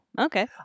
okay